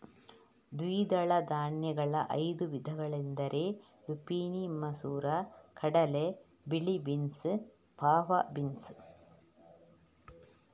ದ್ವಿದಳ ಧಾನ್ಯಗಳ ಐದು ವಿಧಗಳೆಂದರೆ ಲುಪಿನಿ ಮಸೂರ ಕಡಲೆ, ಬಿಳಿ ಬೀನ್ಸ್, ಫಾವಾ ಬೀನ್ಸ್